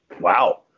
Wow